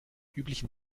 üblichen